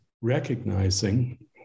recognizing